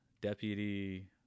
deputy